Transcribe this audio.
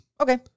Okay